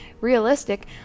realistic